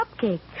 cupcake